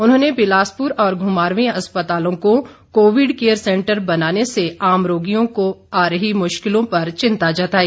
उन्होंने बिलासपुर और घुमारवीं अस्पतालों को कोविड केयर सेंटर बनाने से आम रोगियों को आ रही मुश्किलों की चिन्ता जताई